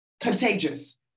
contagious